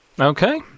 Okay